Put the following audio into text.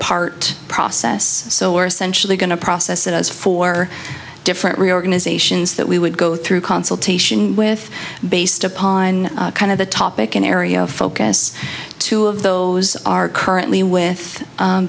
part process so are essentially going to process it as four different reorganizations that we would go through consultation with based upon kind of the topic an area of focus two of those are currently with